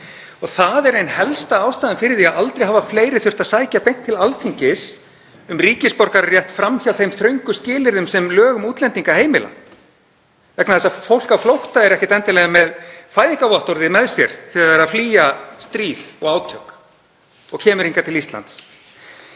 Það er ein helsta ástæðan fyrir því að aldrei hafa fleiri þurft að sækja beint til Alþingis um ríkisborgararétt fram hjá þeim þröngu skilyrðum sem lög um útlendinga heimila vegna þess að fólk á flótta er ekkert endilega með fæðingarvottorðið með sér þegar það flýr stríð og átök og kemur hingað til Íslands.